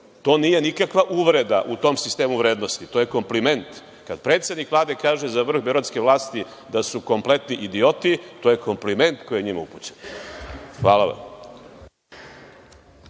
To nije nikakva uvreda u tom sistemu vrednosti, to je kompliment. Kada predsednik Vlade kaže za vrh beogradske vlasti da su kompletni idioti to je kompliment koji je njima upućen. Hvala vam.